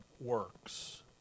Works